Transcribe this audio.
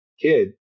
kid